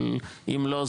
אבל אם לא,